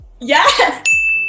Yes